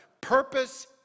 purpose